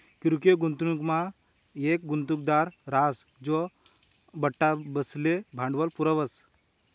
किरकोय गुंतवणूकमा येक गुंतवणूकदार राहस जो बठ्ठासले भांडवल पुरावस